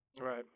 Right